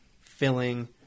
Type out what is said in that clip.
filling